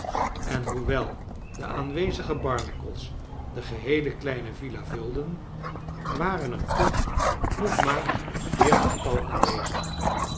en boewel de aanwezige barnacles de geheele kleine villa vulden waren er toch nog maar een vcertigtal aanwezig